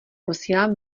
posílám